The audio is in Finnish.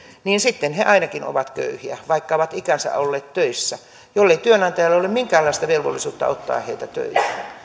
sitten he ainakin ovat köyhiä vaikka ovat ikänsä olleet töissä jollei työnantajalla ole minkäänlaista velvollisuutta ottaa heitä töihin